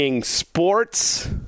Sports